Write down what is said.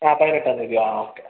ആ പതിനെട്ടാം തീയതിയാണ് ആ ഓക്കെ